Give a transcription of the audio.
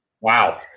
Wow